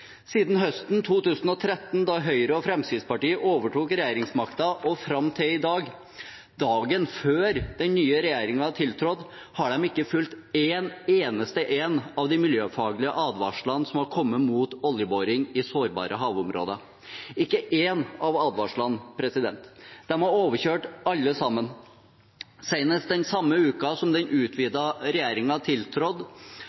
Siden høsten 2013, da Høyre og Fremskrittspartiet overtok regjeringsmakten, og fram til dagen før den nye regjeringen tiltrådte, har de ikke fulgt én eneste en av de miljøfaglige advarslene som har kommet mot oljeboring i sårbare havområder – ikke én av advarslene. De har overkjørt alle. Senest den samme uken som den